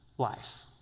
life